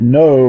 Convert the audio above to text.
no